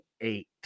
eight